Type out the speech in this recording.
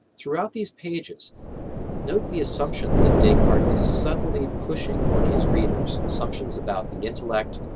throughout these pages note the assumptions that descartes is subtly pushing on his readers assumptions about the intellect,